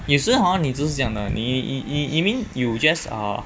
有时 hor 你只是讲的你 you mean you just err